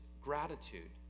gratitude